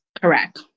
Correct